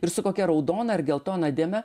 ir su kokia raudona ar geltona dėme